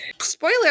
Spoiler